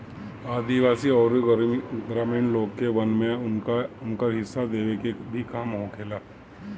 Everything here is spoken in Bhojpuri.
आदिवासी अउरी ग्रामीण लोग के वन में उनकर हिस्सा देवे के भी काम होखेला